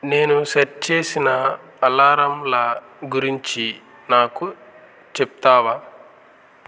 నేను సెట్ చేసిన అలారంల గురించి నాకు చెప్తావా